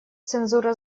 цензура